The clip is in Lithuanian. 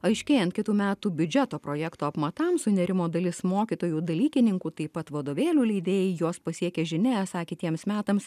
aiškėjant kitų metų biudžeto projekto apmatams sunerimo dalis mokytojų dalykininkų taip pat vadovėlių leidėjai juos pasiekė žinia esą kitiems metams